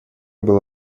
было